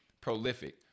prolific